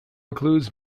includes